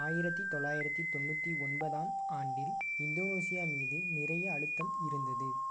ஆயிரத்து தொள்ளாயிரத்து தொண்ணூற்றி ஒன்பதாம் ஆண்டில் இந்தோனேசியா மீது நிறைய அழுத்தம் இருந்தது